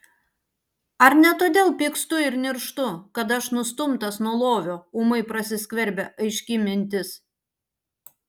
ar ne todėl pykstu ir nirštu kad aš nustumtas nuo lovio ūmai prasiskverbia aiški mintis